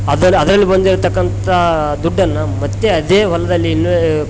ಅದ್ರಲ್ಲಿ ಅದ್ರಲ್ಲಿ ಬಂದಿರ್ತಕ್ಕಂತ ದುಡ್ಡನ್ನು ಮತ್ತೆ ಅದೇ ಹೊಲದಲ್ಲಿ ಇನ್ವೆ